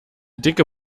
dicke